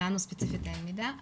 לנו ספציפית אין מידע.